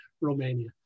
Romania